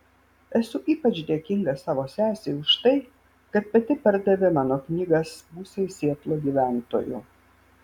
esu ypač dėkinga savo sesei už tai kad pati pardavė mano knygas pusei sietlo gyventojų